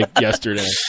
yesterday